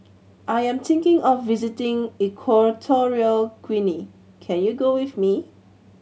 I am thinking of visiting Equatorial Guinea Can you go with me